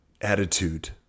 attitude